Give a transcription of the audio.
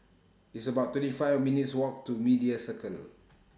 It's about twenty five minutes' Walk to Media Circle